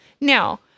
Now